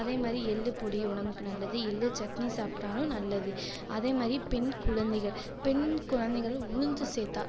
அதே மாதிரி எள்ளுப் பொடி உடம்புக்கு நல்லது எள்ளுச் சட்னி சாப்பிட்டாலும் நல்லது அதே மாதிரி பெண் குழந்தைகள் பெண் குழந்தைங்களும் உளுந்து சேர்த்தா